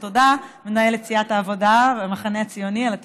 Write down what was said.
ותודה, מנהלת סיעת המחנה הציוני, על התיקון,